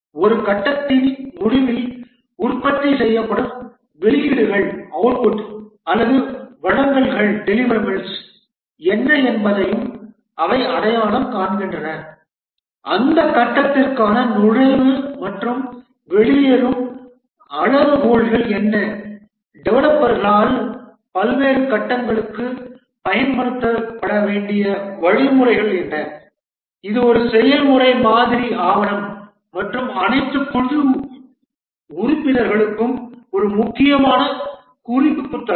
ஒரு கட்டத்தின் முடிவில் உற்பத்தி செய்யப்படும் வெளியீடுகள் அல்லது வழங்கல்கள் என்ன என்பதையும் அவை அடையாளம் காண்கின்றன அந்த கட்டத்திற்கான நுழைவு மற்றும் வெளியேறும் அளவுகோல்கள் என்ன டெவலப்பர்களால் பல்வேறு கட்டங்களுக்கு பயன்படுத்தப்பட வேண்டிய வழிமுறைகள் என்ன இது ஒரு செயல்முறை மாதிரி ஆவணம் மற்றும் அனைத்து குழு உறுப்பினர்களுக்கும் ஒரு முக்கியமான குறிப்பு புத்தகம்